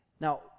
now